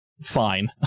fine